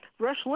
Rush